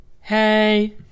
Hey